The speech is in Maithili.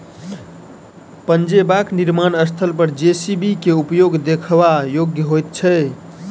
पजेबाक निर्माण स्थल पर जे.सी.बी के उपयोग देखबा योग्य होइत छै